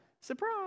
surprise